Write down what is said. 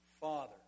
Father